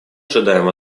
ожидаем